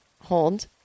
hold